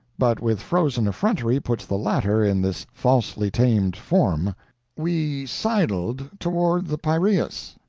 but with frozen effrontery puts the latter in this falsely tamed form we sidled toward the piraeus.